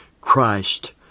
Christ